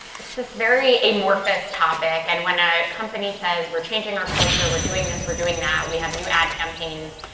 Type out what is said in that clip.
it's this very amorphous topic. and when a company says, we're changing our culture, we're doing this, we're doing that, we have new ad campaigns,